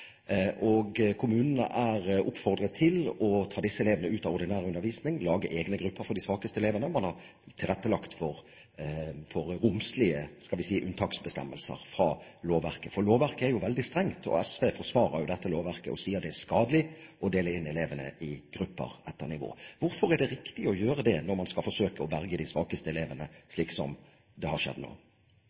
Kommunene er oppfordret til å ta disse elevene ut av ordinær undervisning og lage egne grupper for de svakeste elevene. Man har tilrettelagt for romslige unntaksbestemmelser fra lovverket, for lovverket er jo veldig strengt. SV forsvarer dette lovverket og sier det er skadelig å dele inn elevene i grupper etter nivå. Hvorfor er det riktig å gjøre det når man skal forsøke å berge de svakeste elevene, slik som man gjør nå? Det